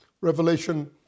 Revelation